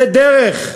זה דרך.